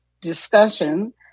discussion